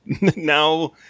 Now